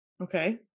Okay